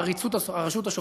"עריצות הרשות השופטת",